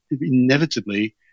inevitably